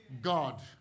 God